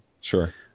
sure